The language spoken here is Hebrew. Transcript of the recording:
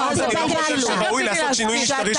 אני לא חושב שראוי לעשות שינוי משטרי שכזה,